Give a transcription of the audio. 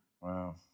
Wow